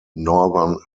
northern